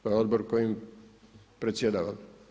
To je odbor kojim predsjedavam.